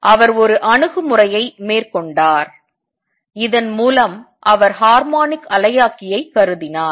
அவர் ஒரு அணுகுமுறையை மேற்கொண்டார் இதன் மூலம் அவர் ஹார்மோனிக் அலையாக்கியைக் கருதினார்